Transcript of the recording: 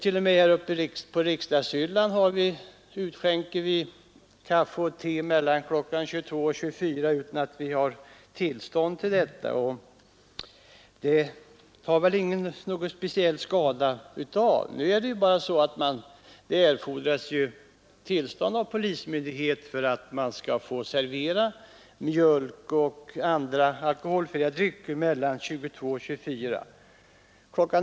T. o. m. här på riksdagshyllan utskänker vi kaffe och te mellan kl. 22 och kl. 24 utan att ha tillstånd till detta. Ingen tar väl någon speciell skada härav. Men det erfordras tillstånd av polismyndighet för att få servera mjölk och andra alkoholfria drycker mellan kl. 22 och kl. 24. Kl.